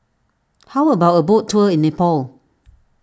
how about a boat tour in Nepal